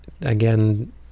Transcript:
Again